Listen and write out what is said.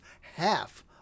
half